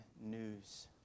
news